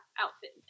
outfit